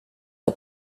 the